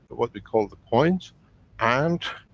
what we call the coins and,